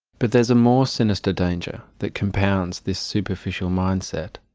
but there's a more sinister danger that compounds this superficial mindset.